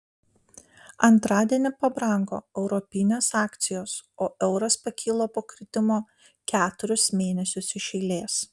antradienį pabrango europinės akcijos o euras pakilo po kritimo keturis mėnesius iš eilės